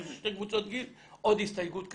של שתי קבוצות גיל עוד הסתייגות כזאת,